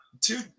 two